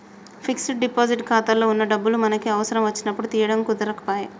fixed deposit ఖాతాలో వున్న డబ్బులు మనకి అవసరం వచ్చినప్పుడు తీయడం కుదరకపాయె